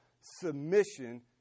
submission